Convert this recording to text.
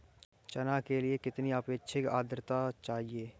चना के लिए कितनी आपेक्षिक आद्रता चाहिए?